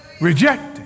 rejected